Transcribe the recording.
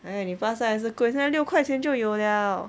!aiya! 你巴刹还是贵现在六块钱就有 liao